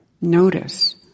notice